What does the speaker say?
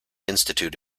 institute